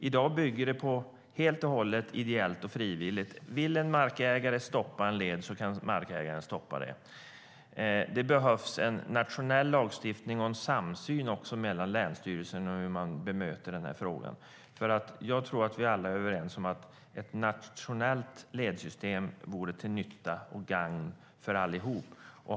I dag bygger detta helt och hållet på ideellt och frivilligt arbete. Vill en markägare stoppa en led kan han göra det. Det behövs en nationell lagstiftning och en samsyn mellan länsstyrelserna när det gäller den här frågan. Jag tror att vi alla är överens om att ett nationellt ledsystem vore till nytta och gagn för alla.